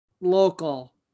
local